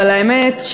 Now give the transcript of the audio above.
אבל האמת,